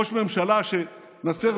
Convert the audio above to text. ראש ממשלה שמפר,